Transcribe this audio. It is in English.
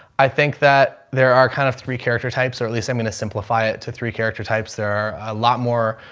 i think that there are kind of three character types, or at least i'm going to simplify it to three character types. there are a lot more,